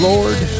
Lord